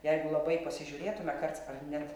jeigu labai pasižiūrėtume karts ar net